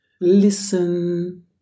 listen